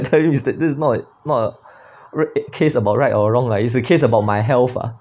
tell you is that this is not not a case about right or wrong lah it's a case about my health